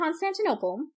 Constantinople